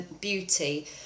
beauty